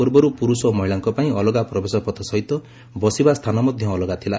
ପୂର୍ବରୁ ପୁରୁଷ ଓ ମହିଳାଙ୍କ ପାଇଁ ଅଲଗା ପ୍ରବେଶ ପଥ ସହିତ ବସିବା ସ୍ଥାନ ମଧ୍ୟ ଅଲଗା ଥିଲା